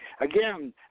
Again